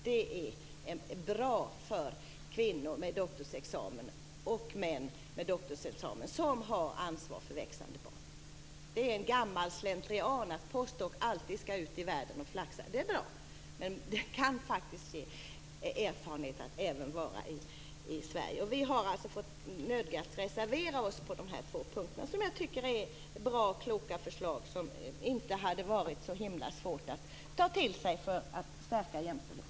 Det är bra för kvinnor och män med doktorsexamen som har ansvar för växande barn. Det är gammal slentrian som gör att de som får postdoktorala stipendier alltid skall ut i världen och flaxa. Det är bra, men det kan faktiskt även ge erfarenheter att vara i Sverige. Vi har nödgats reservera oss på dessa två punkter. Jag tycker att vi har bra och kloka förslag som det inte hade varit så svårt att ta till sig i arbetet med att stärka jämställdheten.